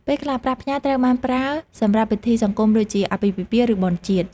ពេលខ្លះប្រាក់ផ្ញើត្រូវបានប្រើសម្រាប់ពិធីសង្គមដូចជា អាពាហ៍ពិពាហ៍ ឬបុណ្យជាតិ។